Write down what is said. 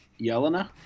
Yelena